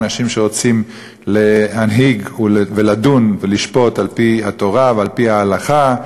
אנשים שרוצים להנהיג ולדון ולשפוט על-פי התורה ועל-פי ההלכה,